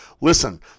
Listen